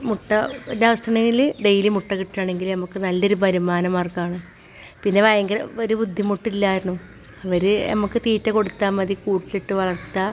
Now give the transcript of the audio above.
മുട്ട അവസ്ഥയുണ്ടെങ്കിൽ ഡെയിലി മുട്ട കിട്ടാണെങ്കിൽ നമുക്ക് നല്ലൊരു വരുമാന മാർഗമാണ് പിന്നെ ഭയങ്കര ഒരു ബുദ്ധിമുട്ടില്ലായിരുന്നു അവർ നമുക്ക് തീറ്റ കൊടുത്താൽ മതി കൂട്ടിലിട്ട് വളർത്താം